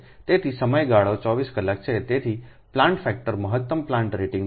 તેથી સમયગાળો 24 કલાક છે તેથી પ્લાન્ટ ફેક્ટર મહત્તમ પ્લાન્ટ રેટિંગ દ્વારા વહેંચાયેલ 37